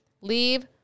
Leave